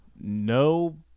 no